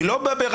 אני לא אומר: